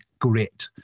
grit